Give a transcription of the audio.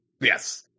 Yes